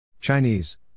Chinese